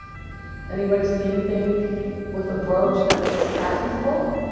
anybody see anything with the brooch that looks patentable?